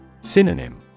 Synonym